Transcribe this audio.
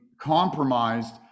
compromised